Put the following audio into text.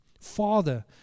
Father